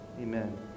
Amen